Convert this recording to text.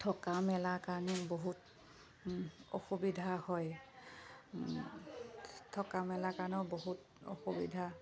থকা মেলা কাৰণে বহুত অসুবিধা হয় থকা মেলা কাৰণেও বহুত অসুবিধা